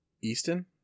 Easton